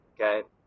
Okay